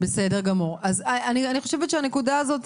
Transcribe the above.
אני חושבת שהנקודה הזאת